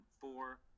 four